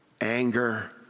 anger